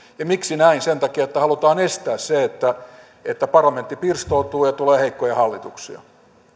ja miksi näin sen takia että halutaan estää se että että parlamentti pirstoutuu ja tulee heikkoja hallituksia